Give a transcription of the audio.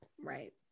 Right